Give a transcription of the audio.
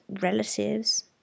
relatives